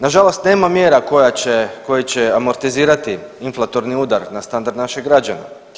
Nažalost nema mjera koja će, koje će amortizirati inflatorni udar na standard naših građana.